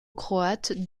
croate